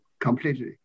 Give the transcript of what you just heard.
completely